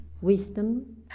wisdom